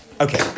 Okay